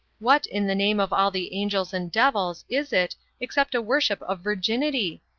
what, in the name of all the angels and devils, is it except a worship of virginity?